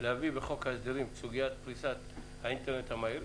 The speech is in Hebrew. להביא בחוק ההסדרים את סוגיית פריסת האינטרנט המהיר.